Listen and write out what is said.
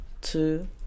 two